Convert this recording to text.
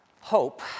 hope